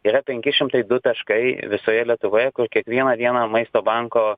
yra penki šimtai du taškai visoje lietuvoje kur kiekvieną dieną maisto banko